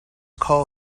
call